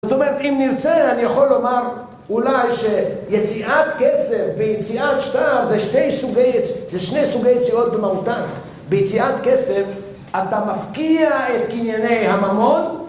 זאת אומרת אם נרצה אני יכול לומר אולי שיציאת כסף ויציאת שטר זה שני סוגי יציאות במהותן ביציאת כסף אתה מפקיע את קנייני הממון